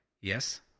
yes